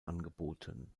angeboten